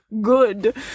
good